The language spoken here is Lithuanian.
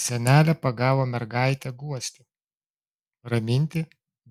senelė pagavo mergaitę guosti raminti